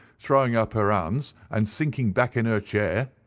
throwing up her ah hands and sinking back in her chair.